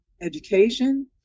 education